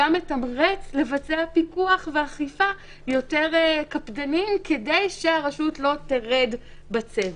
גם מתמרץ לבצע פיקוח ואכיפה יותר קפדניים כדי שהרשות לא תרד בצבע.